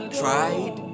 tried